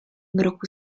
mroku